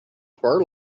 fur